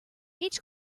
each